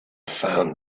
found